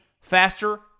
faster